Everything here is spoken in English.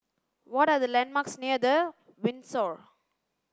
what are the landmarks near The Windsor